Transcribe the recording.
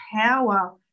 power